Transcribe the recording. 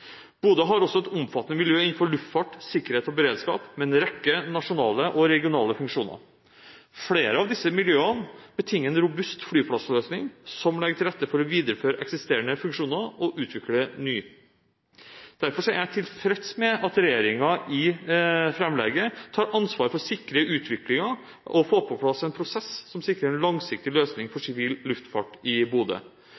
Bodø har også et omfattende miljø innenfor luftfart, sikkerhet og beredskap, med en rekke nasjonale og regionale funksjoner. Flere av disse miljøene betinger en robust flyplassløsning som legger til rette for å videreføre eksisterende funksjoner og utvikle nye. Derfor er jeg tilfreds med at regjeringen i framlegget tar ansvar for å sikre utviklingen og å få på plass en prosess for en langsiktig løsning for